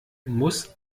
muss